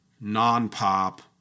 non-pop